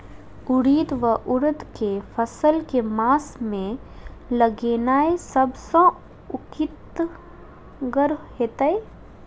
उड़ीद वा उड़द केँ फसल केँ मास मे लगेनाय सब सऽ उकीतगर हेतै?